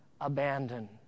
abandon